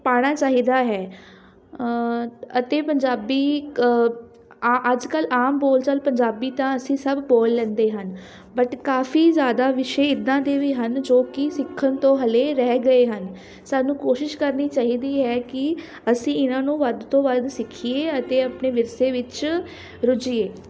ਪਾਉਣਾ ਚਾਹੀਦਾ ਹੈ ਅਤੇ ਪੰਜਾਬੀ ਅ ਅੱਜ ਕੱਲ੍ਹ ਆਮ ਬੋਲਚਾਲ ਪੰਜਾਬੀ ਤਾਂ ਅਸੀਂ ਸਭ ਬੋਲ ਲੈਂਦੇ ਹਨ ਬਟ ਕਾਫੀ ਜ਼ਿਆਦਾ ਵਿਸ਼ੇ ਇੱਦਾਂ ਦੇ ਵੀ ਹਨ ਜੋ ਕਿ ਸਿੱਖਣ ਤੋਂ ਹਾਲੇ ਰਹਿ ਗਏ ਹਨ ਸਾਨੂੰ ਕੋਸ਼ਿਸ਼ ਕਰਨੀ ਚਾਹੀਦੀ ਹੈ ਕਿ ਅਸੀਂ ਇਹਨਾਂ ਨੂੰ ਵੱਧ ਤੋਂ ਵੱਧ ਸਿੱਖੀਏ ਅਤੇ ਆਪਣੇ ਵਿਰਸੇ ਵਿੱਚ ਰੁੱਝੀਏ